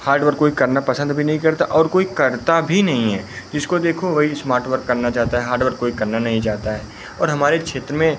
hard work कोई करना पसंद भी नहीं करता और कोई करता भी नहीं है जिसको देखो वही इस्मार्ट वर्क करना चाहता है हार्ड वर्क कोई करना नहीं चाहता है और हमारे क्षेत्र में